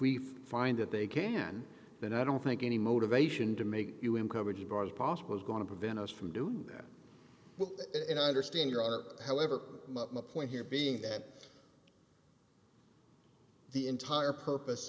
we find that they can then i don't think any motivation to make you in coverage of ours possible is going to prevent us from do that and i understand your are however the point here being that the entire purpose